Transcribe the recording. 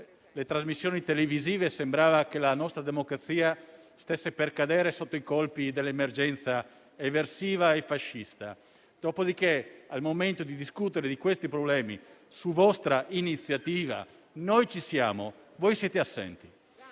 le trasmissioni televisive, sembrava che la nostra democrazia stesse per cadere sotto i colpi dell'emergenza eversiva e fascista; dopodiché, al momento di discutere di questi problemi, su vostra iniziativa, noi ci siamo e voi siete assenti,